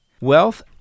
wealth